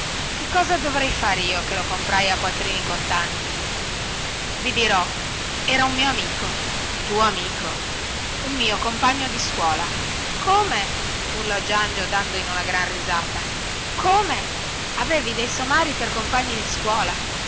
che cosa dovrei far io che lo comprai a quattrini contanti i dirò era un mio amico tuo amico un mio compagno di scuola come urlò giangio dando in una gran risata come avevi dei somari per compagni di scuola